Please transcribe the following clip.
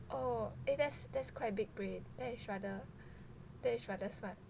oh eh that's that's quite big brain that it's rather that it's rather smart